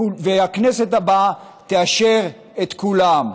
והכנסת הבאה תאשר את כולם.